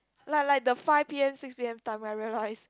like like the five P_M six P_M time when I realised